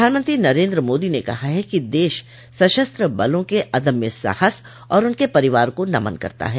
प्रधानमंत्री नरेन्द्र मोदी ने कहा है कि देश सशस्त्र बलों के अदम्य साहस और उनके परिवार को नमन करता है